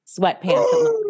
sweatpants